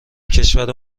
کشور